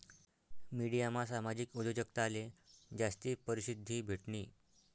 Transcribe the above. मिडियामा सामाजिक उद्योजकताले जास्ती परशिद्धी भेटनी